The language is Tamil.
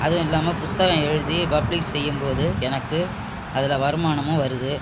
அதுல்லாம புத்தகம் எழுதி பப்ளிக் செய்யும் போது எனக்கு அதில் வருமானமும் வருது